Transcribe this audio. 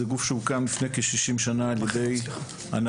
זה גוף שהוקם לפני כ-60 שנים על ידי הנהלת